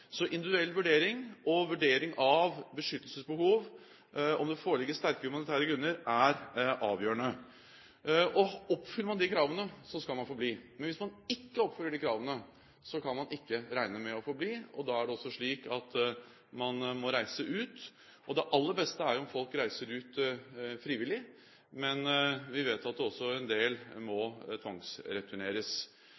Så individuell vurdering og vurdering av beskyttelsesbehov og om det foreligger sterke humanitære grunner, er avgjørende. Oppfyller man de kravene, skal man få bli. Men hvis man ikke oppfyller de kravene, kan man ikke regne med å få bli, og da er det også slik at man må reise ut. Og det aller beste er jo om folk reiser ut frivillig, men vi vet også at en del må